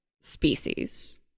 species